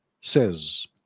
says